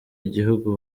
igihugu